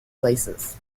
places